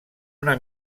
una